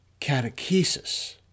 catechesis